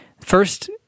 First